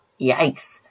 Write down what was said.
yikes